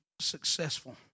successful